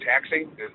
Taxing